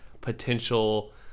potential